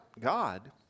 God